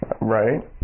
Right